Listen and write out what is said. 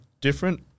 different